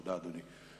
תודה, אדוני.